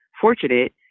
fortunate